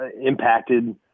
impacted